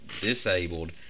disabled